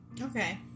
okay